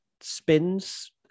spins